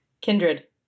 Kindred